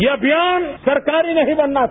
यह अभियान सरकारी नहीं बनना था